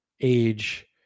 age